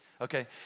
Okay